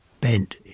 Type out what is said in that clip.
bent